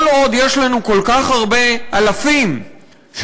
כל עוד יש לנו כל כך הרבה אלפים של